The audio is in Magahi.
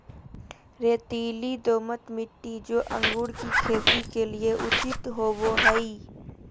रेतीली, दोमट मिट्टी, जो अंगूर की खेती के लिए उचित होवो हइ